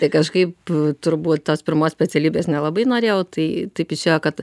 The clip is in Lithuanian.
tai kažkaip turbūt tos pirmos specialybės nelabai norėjau tai taip išėjo kad